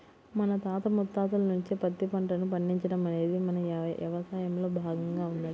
మన తాత ముత్తాతల నుంచే పత్తి పంటను పండించడం అనేది మన యవసాయంలో భాగంగా ఉన్నది